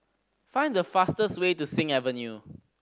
find the fastest way to Sing Avenue